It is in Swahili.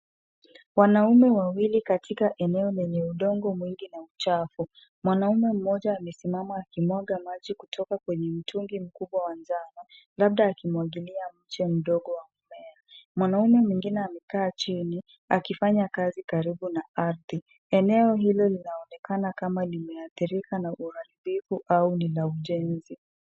Wanaume wawili katika eneo lenye udongo mwingi na uchafu. Mwanaume mmoja amesimama akimwaga maji kutoka kwenye mtungi mkubwa wa njano labda akimwagilia mche mdogo wa mmea. Mwanaume mwingine amekaa chini akifanya kazi karibu na ardhi. Eneo hilo linaonekana kama limeadhirika na uharibifu au ni majenzi.